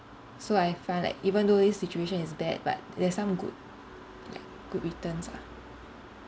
so I find like even though this situation is bad but there's some good like good returns lah